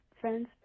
friends